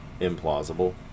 implausible